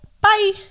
Bye